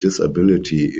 disability